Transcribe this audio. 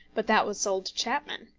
but that was sold to chapman.